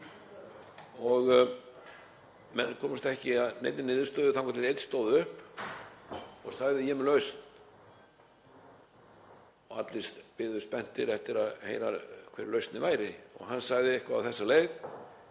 Menn komust ekki að neinni niðurstöðu þangað til einn stóð upp og sagði: Ég er með lausn. Og allir biðu spenntir eftir að heyra hver lausnin væri. Hann sagði eitthvað á þessa leið: